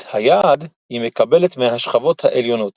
את היעד היא מקבלת מהשכבות העליונות.